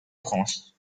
france